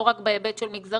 לא רק בהיבט של מגזרים,